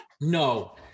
No